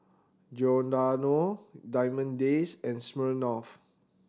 Giordano Diamond Days and Smirnoff